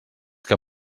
que